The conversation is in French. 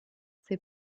ses